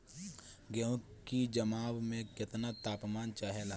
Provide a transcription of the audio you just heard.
गेहू की जमाव में केतना तापमान चाहेला?